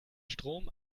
strom